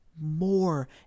more